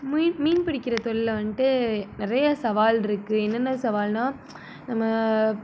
மீன் மீன் பிடிக்கிற தொழில்ல வந்துட்டு நிறைய சவாலிருக்கு என்னென்ன சவால்னா நம்ம